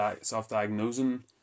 self-diagnosing